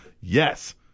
Yes